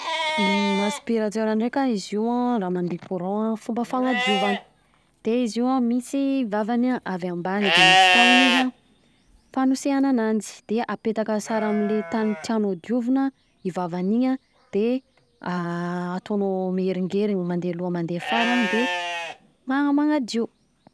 Aspiratera ndreka, izy io an raha mandeha courant fomba fanadiovana de izy io an misy vavany an avy ambany de misy tahony izy an, fanosehana ananjy, de apetaka sara amle tany tianao diovina i vavany an de ataonao miheringerina mandeha aloha, mandeha afara de mana- manadio.